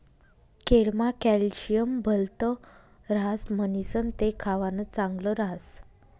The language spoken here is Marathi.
केळमा कॅल्शियम भलत ह्रास म्हणीसण ते खावानं चांगल ह्रास